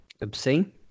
obscene